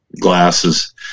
glasses